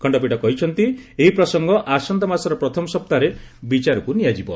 ଖଣ୍ଡପୀଠ କହିଛନ୍ତି ଏହି ପ୍ରସଙ୍ଗ ଆସନ୍ତା ମାସର ପ୍ରଥମ ସପ୍ତାଂହରେ ବିଚାରକ୍ ନିଆଯିବ